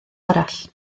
arall